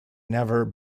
never